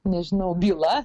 nežinau byla